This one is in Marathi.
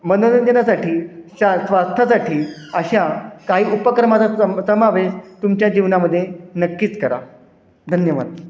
मनोरंजनासाठी शा स्वास्थ्यासाठी अशा काही उपक्रमाचा स समावेश तुमच्या जीवनामध्ये नक्कीच करा धन्यवाद